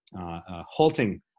halting